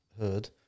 heard